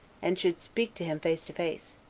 and should speak to him face to face,